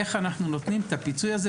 איך אנחנו נותנים את הפיצוי הזה,